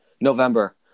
November